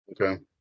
Okay